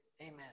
Amen